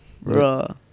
Bro